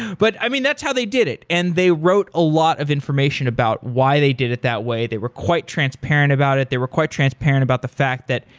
but i mean that's how they did it and they wrote a lot of information about why they did it that way. they were quite transparent about it. they were quite transparent about the fact that,